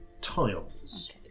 tiles